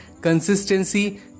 consistency